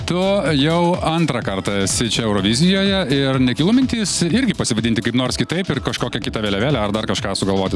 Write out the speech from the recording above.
tu jau antrą kartą esi čia eurovizijoje ir nekilo mintis irgi pasivadinti kaip nors kitaip ir kažkokią kitą vėliavėlę ar dar kažką sugalvoti